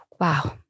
Wow